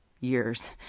years